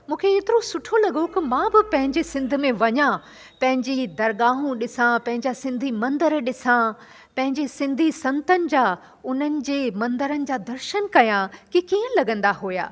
मूंखे एतिरो सुठो लॻो की मां बि पंहिंजे सिंध में वञा पंहिंजी दरगाहूं ॾिसां पंहिंजा सिंधी मंदर ॾिसां पंहिंजे सिंधी संतनि जा उन्हनि जे मंदरनि जा दर्शन कयां की कीअं लॻंदा हुया